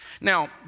Now